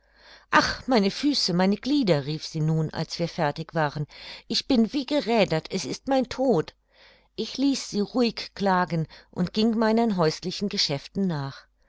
ach meine füße meine glieder rief sie nun als wir fertig waren ich bin wie gerädert es ist mein tod ich ließ sie ruhig klagen und ging meinen häuslichen geschäften nach